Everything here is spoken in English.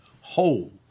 whole